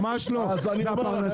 ממש לא, זה הפרנסה שלנו.